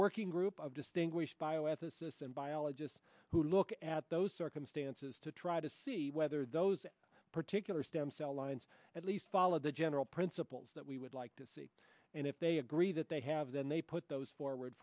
working group of distinguished bioethicist and biologists who look at those circumstances to try to see whether those particular stem cell lines at least follow the general principles that we would like to see and if they agree that they have then they put those forward